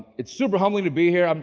it's super humbling to be here. um